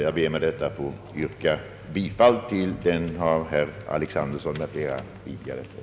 Jag ber att få yrka bifall till den av herr Alexanderson m.fl. avgivna reservationen.